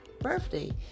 birthday